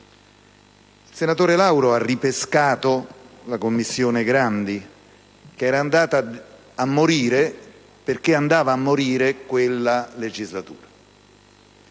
Il senatore Lauro ha ripescato la Commissione Grandi che era andata a morire perché andava a morire quella legislatura.